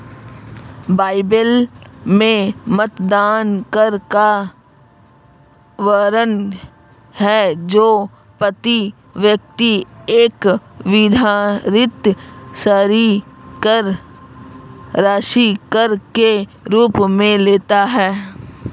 Bible में मतदान कर का वर्णन है जो प्रति व्यक्ति एक निर्धारित राशि कर के रूप में लेता है